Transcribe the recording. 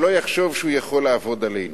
שלא יחשוב שהוא יכול לעבוד עלינו.